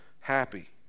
happy